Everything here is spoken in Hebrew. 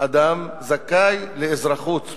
אדם זכאי לאזרחות,